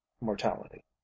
Mortality